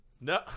no